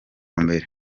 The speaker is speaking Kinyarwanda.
mbere